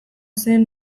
zen